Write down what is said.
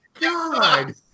God